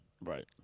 Right